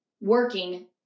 working